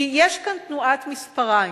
כי יש כאן תנועת מספריים.